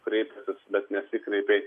kreipęsis bet nesikreipei